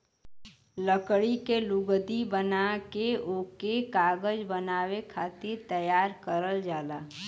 लकड़ी के लुगदी बना के ओके कागज बनावे खातिर तैयार करल जाला